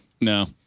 No